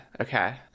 Okay